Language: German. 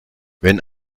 wenn